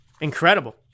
Incredible